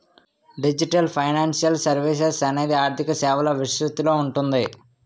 digital financial services అనేది ఆర్థిక సేవల విస్తృతిలో ఉంది